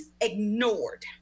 ignored